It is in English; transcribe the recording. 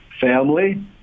family